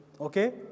Okay